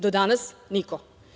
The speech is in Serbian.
Do danas niko.